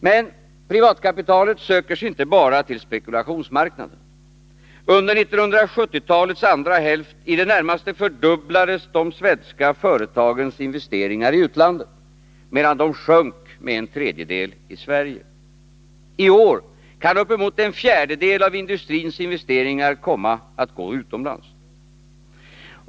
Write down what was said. Men privatkapitalet söker sig inte bara till spekulationsmarknaderna. Under 1970-talets andra hälft i det närmaste fördubblades de svenska företagens investeringar i utlandet, medan de sjönk med en tredjedel i Sverige. I år kan uppemot en fjärdedel av industrins investeringar komma att gå utomlands.